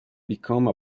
become